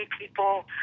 people